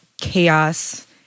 chaos